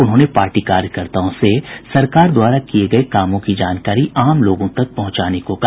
उन्होंने पार्टी कार्यकर्ताओं से सरकार द्वारा किये गये कामों की जानकारी आम लोगों तक पहुंचाने को कहा